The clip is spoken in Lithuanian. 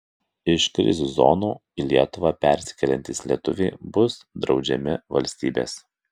iš krizių zonų į lietuvą persikeliantys lietuviai bus draudžiami valstybės